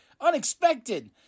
Unexpected